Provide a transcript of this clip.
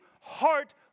heart